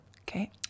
Okay